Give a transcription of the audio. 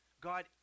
God